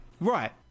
right